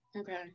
Okay